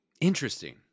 Interesting